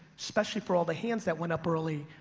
especially for all the hands that went up early,